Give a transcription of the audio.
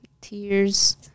tears